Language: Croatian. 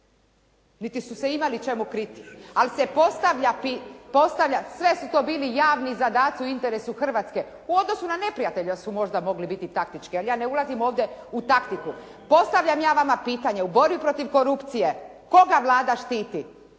se ne čuje./… Sve su to bili javni zadaci u interesu Hrvatske. U odnosu na neprijatelja su možda mogli biti taktički, ali ja ne ulazim ovdje u taktiku. Postavljam ja vama pitanje u borbi protiv korupcije koga Vlada štiti